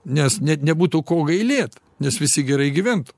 nes net nebūtų ko gailėt nes visi gerai gyventų